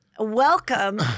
Welcome